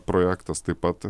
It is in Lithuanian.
projektas taip pat